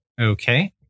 Okay